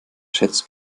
schätzt